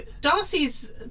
darcy's